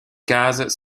cases